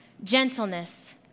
Gentleness